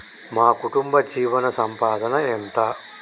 మా కుటుంబ జీవన సంపాదన ఎంత?